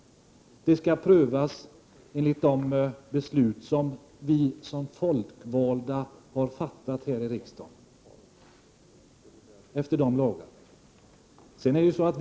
Varje ärende skall prövas enligt de lagar som vi såsom folkvalda har fattat beslut om här i riksdagen.